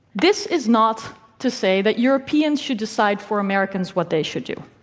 this is not to say that europeans should decide for americans what they should do.